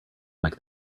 like